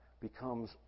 becomes